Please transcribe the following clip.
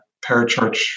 parachurch